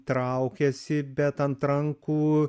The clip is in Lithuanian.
traukiasi bet ant rankų